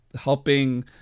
helping